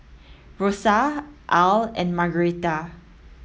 Rosa Al and Margaretta